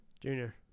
Junior